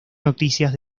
noticias